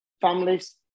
families